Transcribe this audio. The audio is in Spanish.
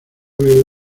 veo